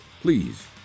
Please